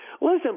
listen